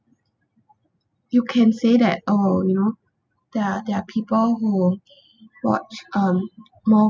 you can say that oh you know there are there are people who watch um mo~